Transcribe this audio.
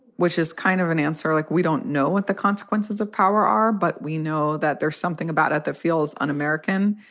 which is kind of an answer like we don't know what the consequences of power are, but we know that there's something about it that feels un-american.